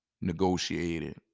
negotiated